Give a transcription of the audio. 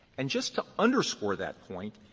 and just to underscore that point,